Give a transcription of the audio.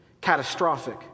catastrophic